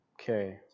Okay